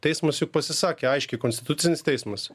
teismas juk pasisakė aiškiai konstitucinis teismas